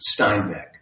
Steinbeck